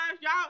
y'all